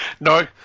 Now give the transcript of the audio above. No